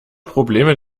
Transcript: probleme